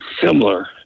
similar